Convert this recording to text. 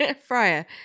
fryer